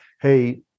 hey